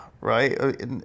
right